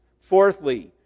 Fourthly